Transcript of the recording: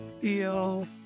feel